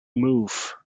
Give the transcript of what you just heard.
move